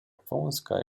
wąska